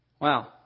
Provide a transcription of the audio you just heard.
wow